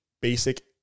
basic